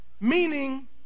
Meaning